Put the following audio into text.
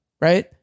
Right